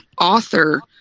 author